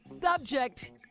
Subject